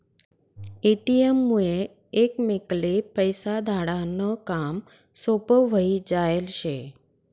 ATM मुये एकमेकले पैसा धाडा नं काम सोपं व्हयी जायेल शे